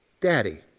Daddy